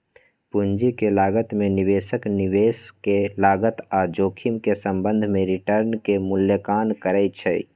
पूंजी के लागत में निवेशक निवेश के लागत आऽ जोखिम के संबंध में रिटर्न के मूल्यांकन करइ छइ